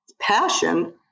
passion